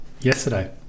yesterday